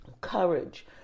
courage